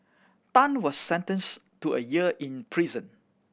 Tan was sentenced to a year in prison